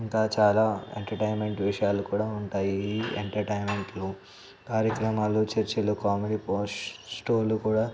ఇంకా చాలా ఎంటర్టైన్మెంట్ విషయాలు కూడా ఉంటాయి ఈ ఎంటర్టైన్మెంట్లో కార్యక్రమాలు చర్చలో కామెడీ పోస్ట్లు కూడా